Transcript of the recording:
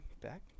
Back